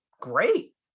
great